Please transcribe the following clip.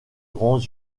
grands